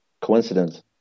coincidence